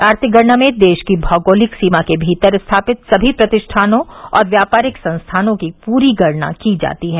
आर्थिक गणना में देश की भौगोलिक सीमा के भीतर स्थापित सभी प्रतिष्ठानों और व्यापारिक संस्थानों की पूरी गणना की जाती है